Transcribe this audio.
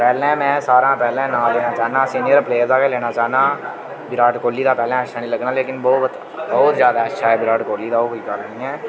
पैह्ले में सारें हा पैह्ले नांऽ लैना चाह्न्नां सीनियर प्लेयर दा गै लैना चाह्न्नां विराट कोहली दा पैह्ले अच्छा नी लग्गना लेकिन बोह्त बोह्त ज्यादा अच्छा ऐ विराट कोहली दा ओह् कोई गल्ल नी ऐ